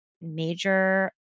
major